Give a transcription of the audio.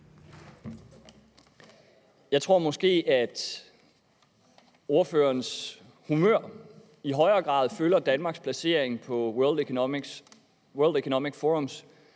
Jeg tror måske, at ordførerens humør i højere grad følger Danmarks placering på World Economic Forums